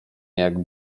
jak